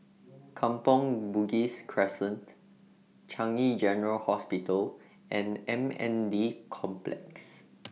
Kampong Bugis Crescent Changi General Hospital and M N D Complex